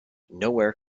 nowhere